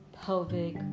pelvic